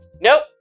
Nope